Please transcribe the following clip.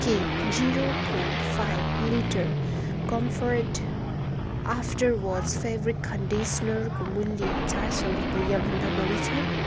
के zero point five litre Comfort after wash fabric कन्डिसनरको मूल्य चार सौ रुपैयाँभन्दा बढी छ